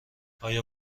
آیا